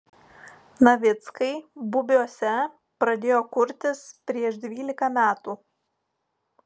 navickai bubiuose pradėjo kurtis prieš dvylika metų